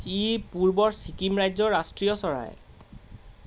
ই পূৰ্বৰ ছিকিম ৰাজ্যৰ ৰাষ্ট্ৰীয় চৰাই